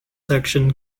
section